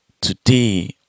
today